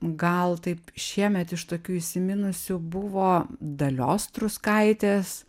gal taip šiemet iš tokių įsiminusių buvo dalios truskaitės